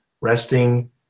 resting